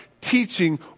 teaching